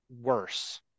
worse